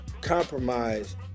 compromise